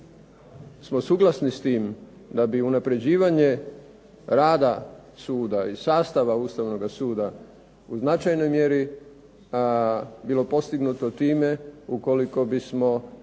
smo suglasni s tim da bi unapređivanje rada suda i sastava Ustavnoga suda u značajnoj mjeri bilo postignuto time ukoliko bismo